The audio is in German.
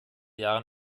jahren